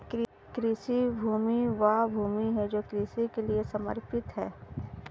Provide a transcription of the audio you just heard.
कृषि भूमि वह भूमि है जो कृषि के लिए समर्पित है